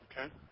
Okay